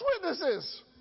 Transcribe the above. witnesses